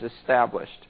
established